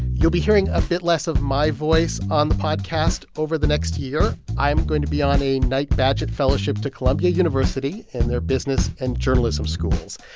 you'll be hearing a bit less of my voice on the podcast over the next year. i'm going to be on a knight-bagehot fellowship to columbia university in their business and journalism schools.